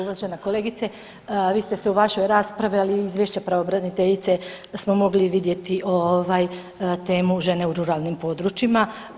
Uvažena kolegice vi ste se u vašoj raspravi, ali i izvješće pravobraniteljice smo mogli vidjeti temu „Žene u ruralnim područjima“